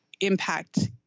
impact